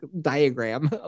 diagram